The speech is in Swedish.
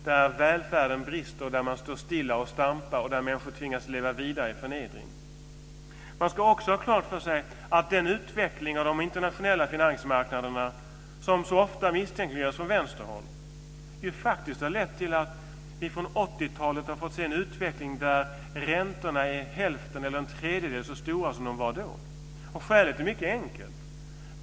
Det är där välfärden brister, där man står stilla och stampar och där människor tvingas leva vidare i förnedring. Man ska också ha klart för sig att den utveckling av de internationella finansmarknaderna som så ofta misstänkliggörs från vänsterhåll faktiskt har lett till att vi sedan 80-talet har fått en utveckling där räntorna är hälften så stora eller en tredjedel så stora som de var då. Och skälet är mycket enkelt.